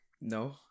no